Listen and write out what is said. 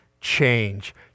change